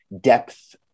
depth